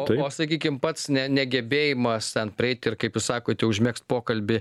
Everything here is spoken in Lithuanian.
o o sakykim pats ne negebėjimas ten prieit ir kaip jūs sakote užmegzt pokalbį